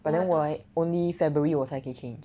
but then right only february 我才可以 change